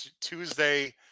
Tuesday